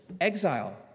Exile